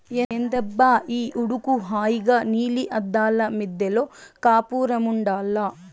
ఏందబ్బా ఈ ఉడుకు హాయిగా నీలి అద్దాల మిద్దెలో కాపురముండాల్ల